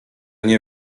nie